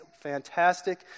fantastic